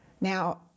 Now